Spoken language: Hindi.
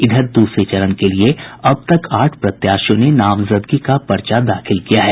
इधर दूसरे चरण के लिए अब तक आठ प्रत्याशियों ने नामजदगी का पर्चा दाखिल किया है